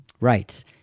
Right